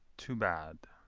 too bad.